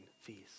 feast